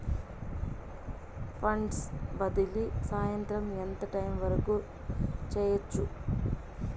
funds బదిలీ సాయంత్రం ఎంత టైము వరకు చేయొచ్చు